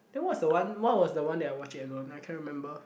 then what was the one what was the one that I watch it alone I cannot remember